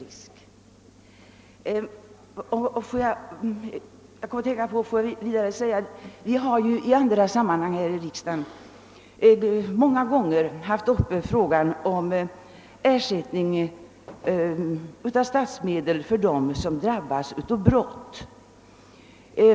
Vi har här i riksdagen i andra sammanhang många gånger diskuterat frågan om ersättning av statsmedel till personer som drabbas av brott.